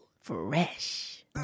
Fresh